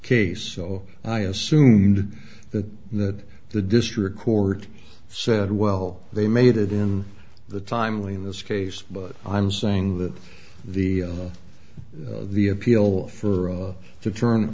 case and i assumed that that the district court said well they made it in the timely in this case but i'm saying that the the appeal for us to turn